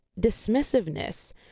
dismissiveness